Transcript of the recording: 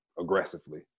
aggressively